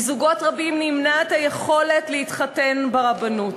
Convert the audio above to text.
מזוגות רבים נמנעת היכולת להתחתן ברבנות.